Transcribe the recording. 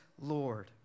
Lord